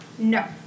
No